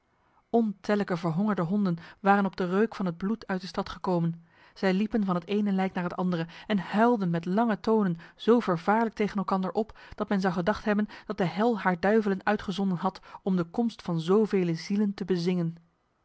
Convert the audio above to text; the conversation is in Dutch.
ontellijke verhongerde honden waren op de reuk van het bloed uit de stad gekomen zij liepen van het ene lijk naar het andere en huilden met lange tonen zo vervaarlijk tegen elkander op dat men zou gedacht hebben dat de hel haar duivelen uitgezonden had om de komst van zovele zielen te bezingen